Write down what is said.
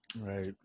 Right